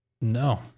No